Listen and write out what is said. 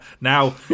Now